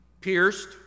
pierced